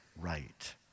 right